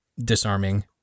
disarming